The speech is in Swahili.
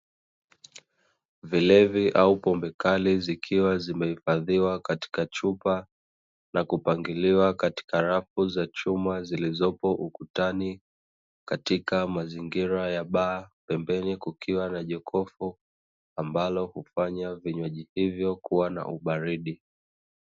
Vilevi au pombe kali zikiwa zimehifadhiwa katika chupa na kupangiliwa katika rafu za chuma zilizopo ukutani, katika mazingira ya baa pembeni kukiwa na jokofu ambalo hufanya vinywaji hivyo kuwa na ubaridi.